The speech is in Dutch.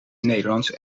nederlands